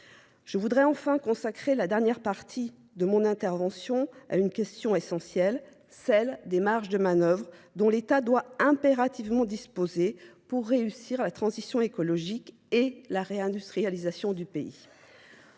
Je voudrais enfin consacrer la dernière partie de mon intervention à une question essentielle, celle des marges de manœuvre dont l'État doit impérativement disposer pour réussir la transition écologique et la réindustrialisation du pays.